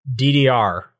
DDR